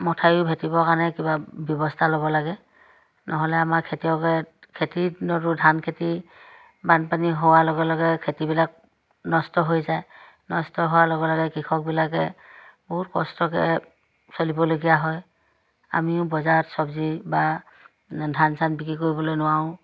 মথাউৰিও ভেটিবৰ কাৰণে কিবা ব্যৱস্থা ল'ব লাগে নহ'লে আমাৰ খেতিয়কে খেতি দিনতো ধান খেতি বানপানী হোৱাৰ লগে লগে খেতিবিলাক নষ্ট হৈ যায় নষ্ট হোৱাৰ লগে লগে কৃষকবিলাকে বহুত কষ্টকে চলিবলগীয়া হয় আমিও বজাৰত চবজি বা ধান চান বিক্ৰী কৰিবলৈ নোৱাৰোঁ